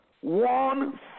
one